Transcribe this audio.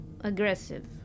Aggressive